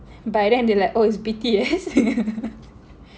but then they like oh it's B_T eh so yeah